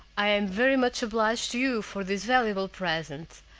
i am very much obliged to you for this valuable present,